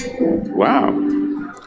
Wow